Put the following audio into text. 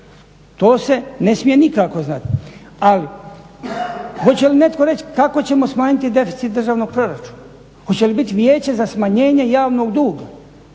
to se ne smije nikako znati. Ali hoće li netko reći kako ćemo smanjiti deficit državnog proračuna? Hoće li biti Vijeće za smanjenje javnog duga,